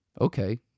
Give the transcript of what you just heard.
Okay